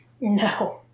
No